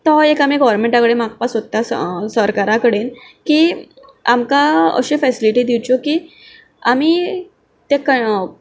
तो एक आमी गोवर्मेंटा कडेन मागपाक सोदता सरकारा कडेन की आमकां अशो फेसिलिटी दिवच्यो की आमी ताका